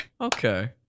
okay